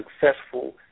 successful